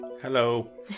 hello